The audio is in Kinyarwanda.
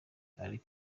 ali